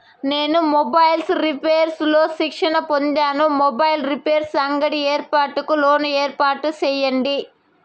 నేను mobiles repairs లో శిక్షణ పొందాను, మొబైల్ రిపైర్స్ అంగడి ఏర్పాటుకు లోను ఏర్పాటు సేయండి?